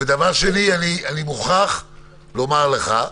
ודבר שני, אני מוכרח לומר לך,